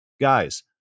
guys